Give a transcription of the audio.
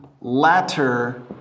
latter